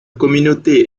communauté